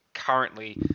currently